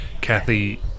Kathy